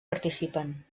participen